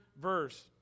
verse